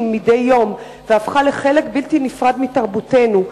מדי יום והפכה לחלק בלתי נפרד מתרבותנו.